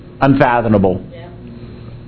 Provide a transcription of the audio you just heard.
unfathomable